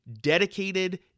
dedicated